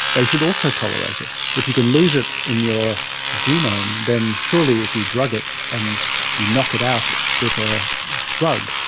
they should also tolerate it. if you can lose it in your genome, then surely if you drug it and you knock it out with a drug,